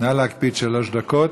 נא להקפיד, שלוש דקות.